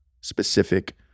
specific